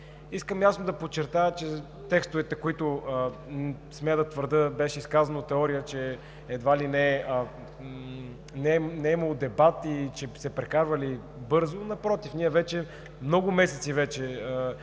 Искам ясно да подчертая, че текстовете, за които, смея да твърдя, беше изказана теория, че едва ли не не е имало дебати и че се прекарвали бързо – напротив, ние много месеци вече